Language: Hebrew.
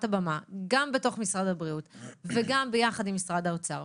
הבמה גם בתוך משרד הבריאות וגם ביחד עם משרד האוצר.